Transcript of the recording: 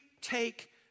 take